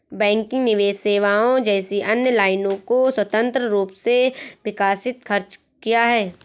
banking निवेश सेवाओं जैसी अन्य लाइनों को स्वतंत्र रूप से विकसित खर्च किया है